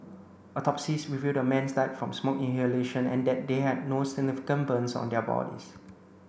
autopsies revealed the men died from smoke inhalation and that they had no significant burns on their bodies